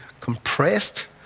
compressed